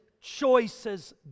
choices